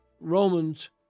Romans